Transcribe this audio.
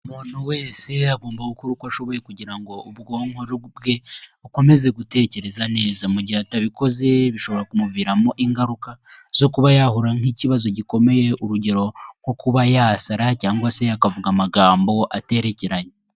Umuntu wese agomba gukora uko ashoboye kugira ngo ubwonko bwe bukomeze gutekereza neza, mu gihe atabikoze bishobora kumuviramo ingaruka zo kuba yahura nk'ikibazo gikomeye urugero nko kuba yasara cyangwa se akavuga amagambo aterekeranye.